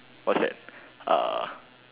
what's that uh